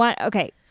Okay